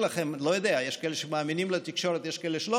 כל ההבדל הוא שזיפו היה תת-אלוף והזה הוא בדרגת אלוף משנה.